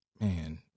man